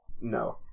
No